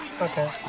okay